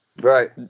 Right